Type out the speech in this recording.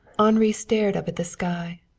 henri stared up at the sky.